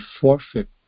forfeit